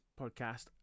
podcast